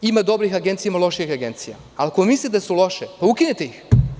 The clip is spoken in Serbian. Ima dobrih agencija, ima loših agencija, ali ako mislite da su loše, ukinite ih.